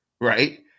Right